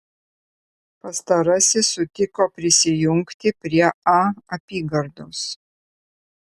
pastarasis sutiko prisijungti prie a apygardos